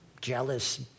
jealous